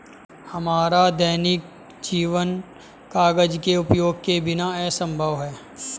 हमारा दैनिक जीवन कागज के उपयोग के बिना असंभव है